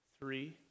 three